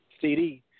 CD